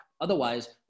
Otherwise